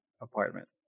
apartment